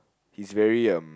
he's very um